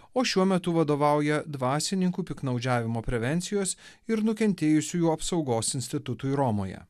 o šiuo metu vadovauja dvasininkų piktnaudžiavimo prevencijos ir nukentėjusiųjų apsaugos institutui romoje